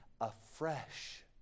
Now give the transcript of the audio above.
afresh